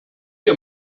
dir